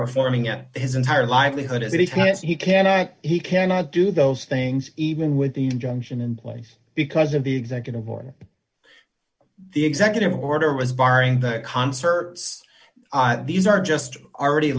performing at his entire livelihood as if he can't he can't act he cannot do those things even with the injunction in place because of the executive order the executive order was barring the concerts these are just already